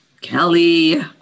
Kelly